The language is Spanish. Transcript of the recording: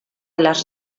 las